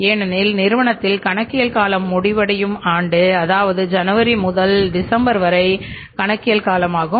ஏனெனில் நிறுவனத்தின் கணக்கியல் காலம் முடிவடையும் ஆண்டு அதாவது ஜனவரி முதல் டிசம்பர் வரை கணக்கியல் காலம் ஆகும்